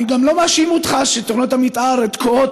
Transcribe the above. אני גם לא מאשים אותך שתוכניות המתאר תקועות